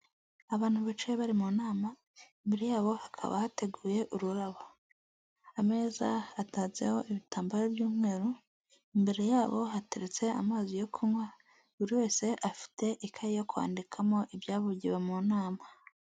Abantu bicaye bari mu nama mbere yabo hakaba hateguye ururabo, ameza hatatseho ibitambaro by'umweru, imbere yabo hateretse amazi yo kunywa buri wese afite ikaye yo kwandikamo ibyavugiwe mu nama.